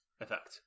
effect